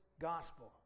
gospel